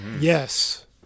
Yes